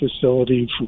facility